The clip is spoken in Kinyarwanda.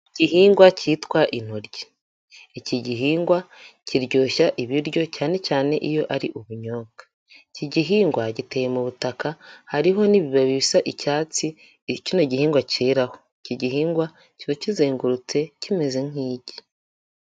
Igihingwa cyitwa intoryi, iki gihingwa kiryoshya ibiryo cyane cyane iyo ari ubunyobwa. Iki gihingwa giteye mu butaka, hariho n'ibibabi bisa icyatsi kino gihingwa cyeraraho, iki gihingwa kiba kizengurutse, kimeze nk'igi.